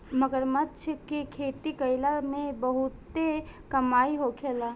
मगरमच्छ के खेती कईला में बहुते कमाई होखेला